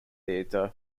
theatre